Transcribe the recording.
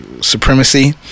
supremacy